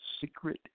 secret